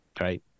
Right